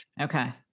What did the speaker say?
Okay